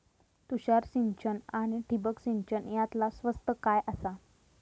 तुषार सिंचन आनी ठिबक सिंचन यातला स्वस्त काय आसा?